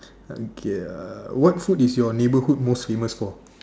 okay uh what food is your neighbourhood most famous for